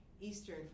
Eastern